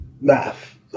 Math